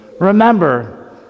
remember